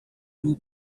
two